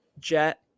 Jet